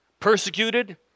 persecuted